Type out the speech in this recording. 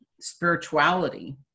spirituality